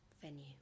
venue